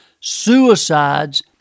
suicides